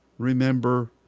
remember